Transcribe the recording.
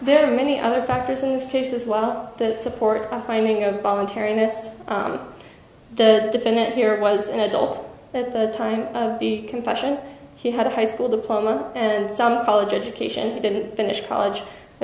there are many other factors in this case as well that support of finding of voluntariness the defendant here was an adult at the time of the confession he had a high school diploma and some college education didn't finish college i